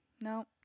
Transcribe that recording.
no